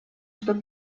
что